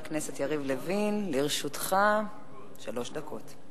לרשותך שלוש דקות.